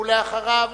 ואחריו,